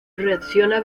reacciona